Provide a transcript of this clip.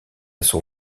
son